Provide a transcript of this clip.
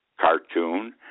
cartoon